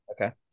Okay